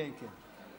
כן, כן.